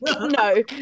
No